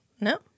no